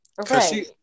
Okay